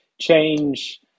change